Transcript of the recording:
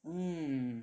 mm